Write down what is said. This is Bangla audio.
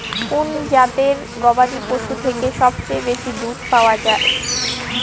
কোন জাতের গবাদী পশু থেকে সবচেয়ে বেশি দুধ পাওয়া সম্ভব?